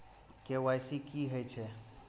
KYC की हे छे?